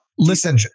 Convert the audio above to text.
Listen